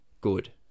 good